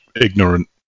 ignorant